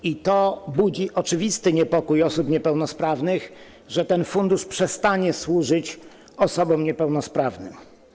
I to budzi oczywisty niepokój osób niepełnosprawnych, że ten fundusz przestanie służyć osobom niepełnosprawnym.